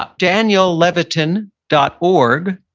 but daniellevitin dot org.